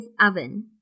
oven